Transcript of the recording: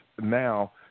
now